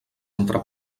entre